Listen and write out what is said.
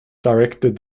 directed